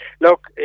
Look